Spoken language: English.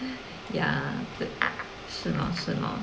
ya 是 lor 是 lor